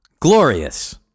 Glorious